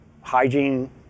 hygiene